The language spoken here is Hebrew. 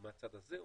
או מהצד הזה,